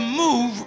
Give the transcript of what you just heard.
move